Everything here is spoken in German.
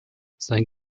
sein